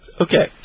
Okay